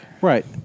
Right